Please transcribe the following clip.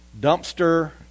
dumpster